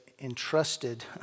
entrusted